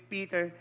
Peter